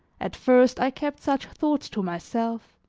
at first, i kept such thoughts to myself,